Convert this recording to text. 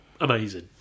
amazing